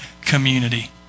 community